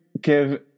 give